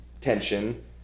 tension